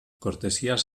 cortesías